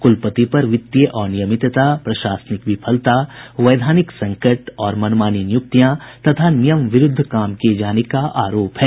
कुलपति पर वित्तीय अनियमितता प्रशासनिक विफलता वैधानिक संकट और मनमानी नियुक्तियां तथा नियम विरुद्ध काम किए जाने का आरोप है